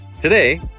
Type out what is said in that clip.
Today